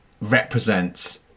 represents